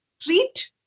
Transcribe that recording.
treat